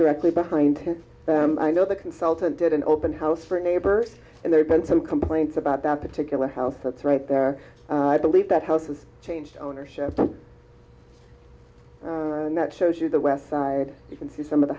directly behind i know the consultant did an open house for a neighbor and there's been some complaints about that particular house that's right there i believe that house has changed ownership and that shows you the west side you can see some of the